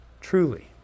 Truly